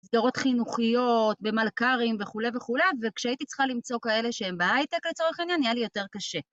מסגרות חינוכיות, במלכ"רים, וכולי וכולי, וכשהייתי צריכה למצוא כאלה שהם בהייטק לצורך העניין, היה לי יותר קשה.